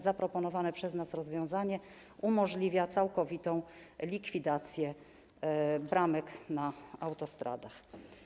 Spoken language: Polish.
Zaproponowane przez nas rozwiązanie umożliwia całkowitą likwidację bramek na autostradach.